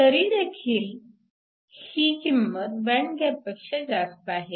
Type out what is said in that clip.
तरीदेखील ही किंमत बँड गॅपपेक्षा जास्त आहे